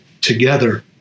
together